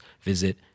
visit